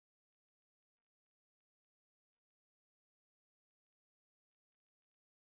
I have a house there too but have two honeybees flying and it shows